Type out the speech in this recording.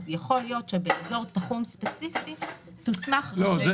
אז יכול להיות שבאזור שנתחם ספציפית תוסמך רשות תימרור,